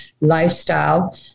lifestyle